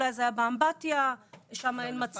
אולי זה היה באמבטיה, שם אין מצלמות'.